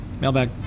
Mailbag